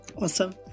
Awesome